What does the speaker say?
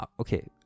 okay